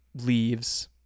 leaves